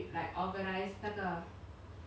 做那个 banner 做那个